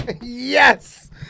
Yes